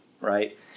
right